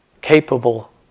capable